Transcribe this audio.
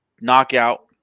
knockout